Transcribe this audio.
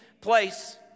place